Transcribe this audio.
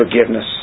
Forgiveness